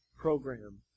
program